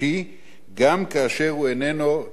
גם כאשר הוא איננו בעל מקצוע,